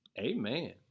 Amen